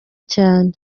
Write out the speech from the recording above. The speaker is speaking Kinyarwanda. cyane